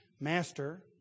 Master